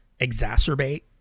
exacerbate